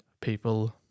people